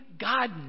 God